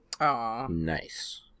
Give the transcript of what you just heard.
Nice